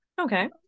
Okay